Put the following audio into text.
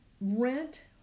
rent